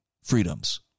freedoms